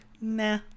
Nah